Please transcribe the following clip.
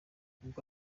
ubwo